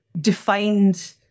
defined